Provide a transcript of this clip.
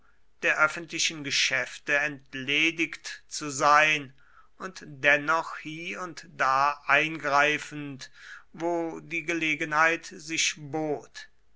der öffentlichen geschäfte entledigt zu sein und dennoch hie und da eingreifend wo die gelegenheit sich bot